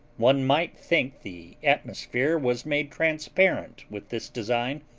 one might think the atmosphere was made transparent with this design,